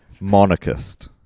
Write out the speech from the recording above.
Monarchist